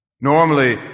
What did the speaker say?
Normally